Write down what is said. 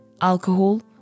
alcohol